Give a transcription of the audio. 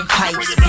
pipes